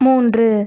மூன்று